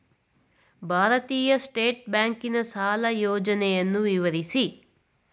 ಭಾರತೀಯ ಸ್ಟೇಟ್ ಬ್ಯಾಂಕಿನ ಸಾಲ ಯೋಜನೆಯನ್ನು ವಿವರಿಸಿ?